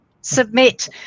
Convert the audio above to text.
submit